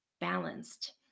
balanced